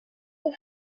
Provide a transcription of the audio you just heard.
book